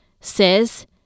says